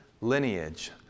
lineage